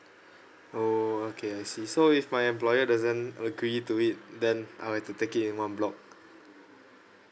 orh okay I see so if my employer doesn't agree to it then I'd like to take in one block